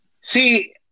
See